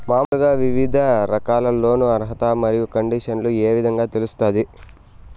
మామూలుగా వివిధ రకాల లోను అర్హత మరియు కండిషన్లు ఏ విధంగా తెలుస్తాది?